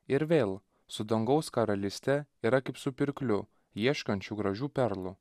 ir vėl su dangaus karalyste yra kaip su pirkliu ieškančiu gražių perlų